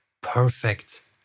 perfect